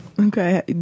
okay